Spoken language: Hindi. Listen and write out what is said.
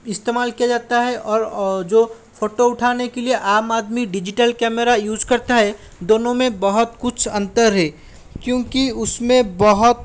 इस्तेमाल किया जाता है और और जो फ़ोटो उठाने के लिए आम आदमी डिजिटल कैमरा यूज़ करता है दोनों में बहुत कुछ अंतर है क्योंकि उसमें बहुत